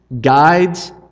guides